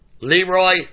Leroy